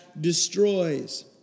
destroys